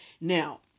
now